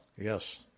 Yes